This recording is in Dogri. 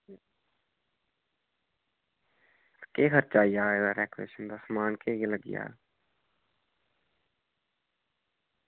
केह् खर्चा आई जाह्ग एह्दा डेकोरेशन दा केह् लग्गी जाह्ग